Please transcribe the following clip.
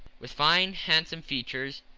with fine, handsome features,